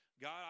God